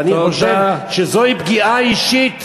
ואני חושב שזוהי פגיעה אישית